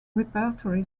repertory